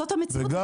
זאת המציאות.